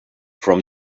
from